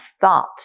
thought